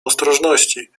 ostrożności